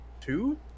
two